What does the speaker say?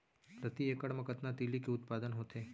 प्रति एकड़ मा कतना तिलि के उत्पादन होथे?